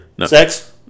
Sex